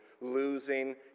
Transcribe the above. losing